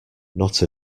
not